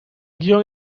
guion